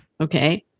Okay